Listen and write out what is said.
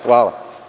Hvala.